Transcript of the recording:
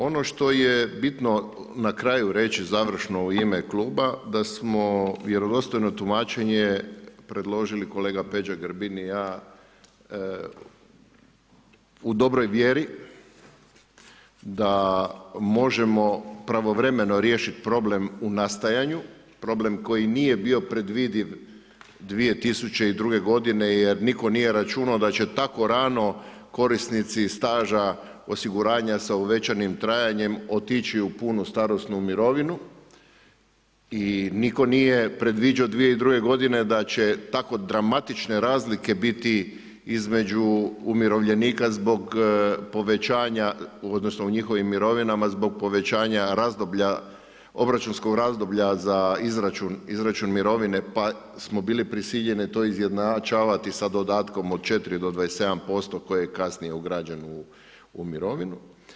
Ono što je bitno na kraju reći, završno u ime Kluba, da smo vjerodostojno tumačenje predložili kolega Peđa Grbin i ja u dobroj vjeri da možemo pravovremeno riješiti problem u nastajanju, problem koji nije bio predvidiv 2002. godine jer nitko nije računao da će tako rano korisnici staža osiguranja sa uvećanim trajanjem otići u punu starosnu mirovinu i nitko nije predviđao 2002. godine da će tako dramatične razlike biti između umirovljenika zbog povećanja, odnosno u njihovim mirovinama, zbog povećanja obračunskog razdoblja za izračun mirovine, pa smo bili prisiljeni to izjednačavati sa dodatkom od 4 do 27% koje je kasnije ugrađeno u mirovinu.